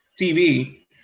tv